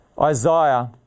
Isaiah